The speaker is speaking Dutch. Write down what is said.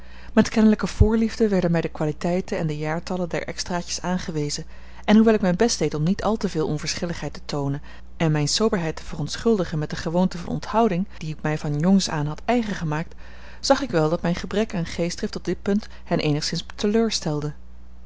met kennelijke voorliefde werden mij de kwaliteiten en de jaartallen der extraatjes aangewezen en hoewel ik mijn best deed om niet al te veel onverschilligheid te toonen en mijne soberheid te verontschuldigen met de gewoonte van onthouding die ik mij van jongs aan had eigengemaakt zag ik wel dat mijn gebrek aan geestdrift op dit punt hen eenigszins teleurstelde